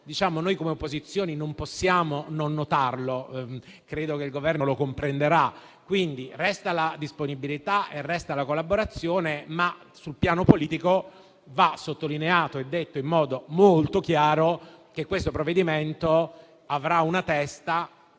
Noi, come opposizioni, non possiamo non notarlo; credo che il Governo lo comprenderà. Resta la disponibilità e resta la collaborazione, ma sul piano politico va sottolineato e detto in modo molto chiaro che questo provvedimento avrà una testa,